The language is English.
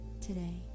today